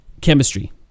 chemistry